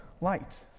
light